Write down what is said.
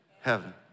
Heaven